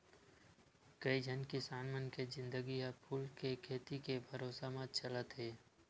कइझन किसान मन के जिनगी ह फूल के खेती के भरोसा म चलत हे